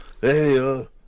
Hey